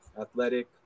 athletic